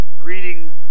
reading